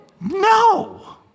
No